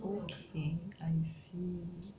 okay I see